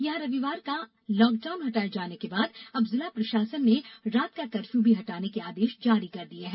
यहां रविवार का लॉकडाउन हटाए जाने के बाद अब जिला प्रशासन ने रात का कर्फ्य भी हटाने के आदेश जारी कर दिये हैं